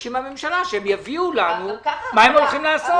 מבקשים מן הממשלה שהם יביאו לנו פירוט מה הם הולכים לעשות.